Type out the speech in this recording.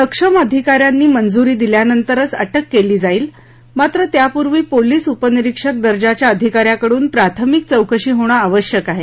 सक्षम अधिकाऱ्यांनी मंजुरी दिल्यानंतरच अटक केली जाईल मात्र त्यापूर्वी पोलिस उपनिरीक्षक दर्जाच्या अधिकाऱ्याकडून प्राथमिक चौकशी होणं आवश्यक आहे